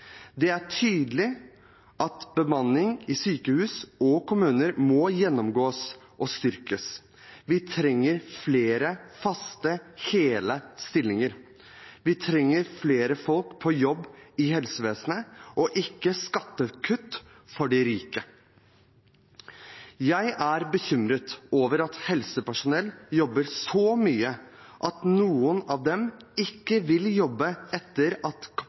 Det er tydelig at bemanningen i sykehus og kommuner må gjennomgås og styrkes. Vi trenger flere faste, hele stillinger. Vi trenger flere folk på jobb i helsevesenet og ikke skattekutt for de rike. Jeg er bekymret over at helsepersonell jobber så mye at noen av dem ikke vil jobbe etter at